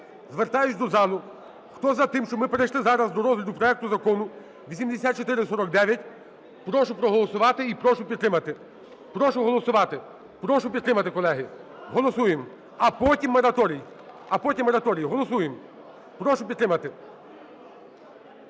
звертаюся до залу. Хто за те, щоб ми перейшли зараз до розгляду проекту Закону 8449, прошу проголосувати і прошу підтримати. Прошу проголосувати. Прошу підтримати, колеги. Голосуємо. А потім мораторій. А потім мораторій. Голосуємо. Прошу підтримати.